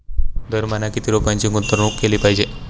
दर महिना किती रुपयांची गुंतवणूक केली पाहिजे?